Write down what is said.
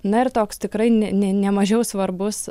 na ir toks tikrai ne ne nemažiau svarbus